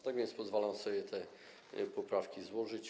Tak więc pozwalam sobie te poprawki złożyć.